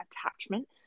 attachment